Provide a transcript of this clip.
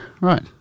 Right